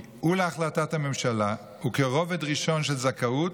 ולהחלטת הממשלה וכרובד ראשון של זכאות,